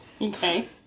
Okay